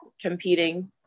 competing